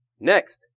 Next